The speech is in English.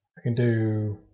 i can do